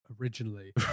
originally